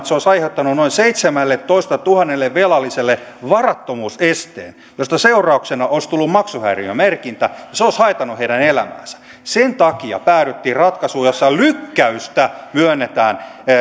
se olisi aiheuttanut noin seitsemälletoistatuhannelle velalliselle varattomuusesteen josta seurauksena olisi tullut maksuhäiriömerkintä ja se olisi haitannut heidän elämäänsä sen takia päädyttiin ratkaisuun jossa lykkäystä myönnetään